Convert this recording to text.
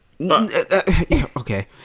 Okay